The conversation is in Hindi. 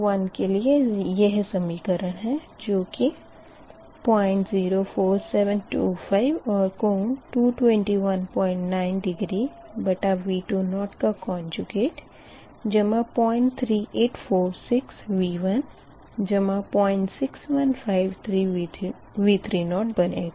Vc21 के लिए यह समीकरण है जो कि 004725 और कोण 2219 डिग्री बटा V20 का कंजूगेट जमा 03846 V1 जमा 06153 V30 बनेगा